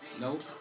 Nope